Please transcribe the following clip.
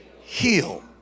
heal